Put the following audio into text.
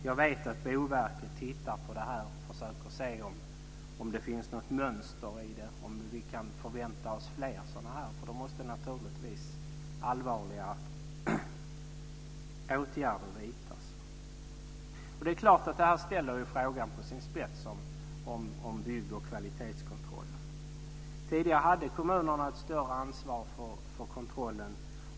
Jag vet att Boverket tittar på det och försöker att se om det finns något mönster och om vi kan förvänta oss fler sådana fall. Då måste allvarliga åtgärder vidtas. Det ställer frågan om bygg och kvalitetskontroll på sin spets. Tidigare hade kommunerna ett större ansvar för kontrollen.